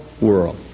world